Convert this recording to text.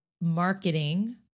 marketing